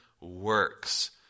works